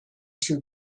two